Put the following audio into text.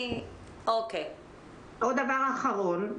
דבר אחרון,